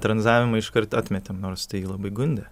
tranzavimą iškart atmetėm nors tai labai gundė